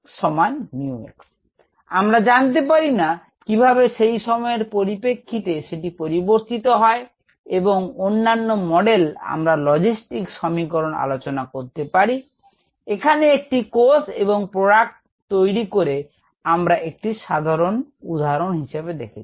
𝑟𝑥 𝜇 𝑥 আমরা জানতে পারিনা কিভাবে সেই সময়ের পরিপ্রেক্ষিতে সেটি পরিবর্তিত হয় অন্যান্য মডেল আমরা Logistic সমিকরন আলোচনা করতে পারি এখানে একটি কোষ এবং প্রোডাক্টে তৈরি করে আমরা একটি সাধারণ উদাহরণ হিসেবে দেখেছি